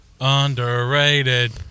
Underrated